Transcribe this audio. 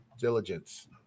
diligence